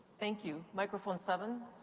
thank you. microphone seven.